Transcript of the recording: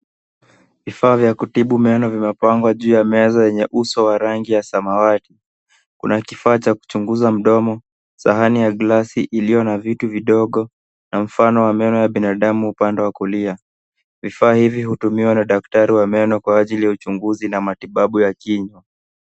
Vifaa vya kutibu meno vimepangwa juu ya meza yenye uso wa rangi ya samawati. Kuna kifaa cha kuchunguza mdomo, sahani ya gilasi iliyo na vitu vidogo na mfano wa meno ya binadamu upande wa kulia. Vifaa hivi hutumiwa na daktari wa meno kwa ajili ya uchunguzi na matibabu ya kinywa.